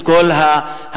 את כל הנורמות,